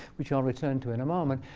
which i'll return to in a moment.